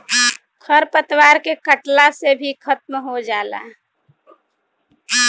खर पतवार के कटला से भी खत्म हो जाला